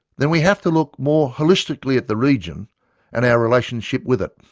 then we have to look more holistically at the region and our relationship with it.